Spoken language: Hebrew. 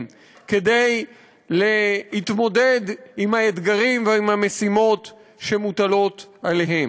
כדי להתמודד עם האתגרים ועם המשימות שמוטלות עליהן.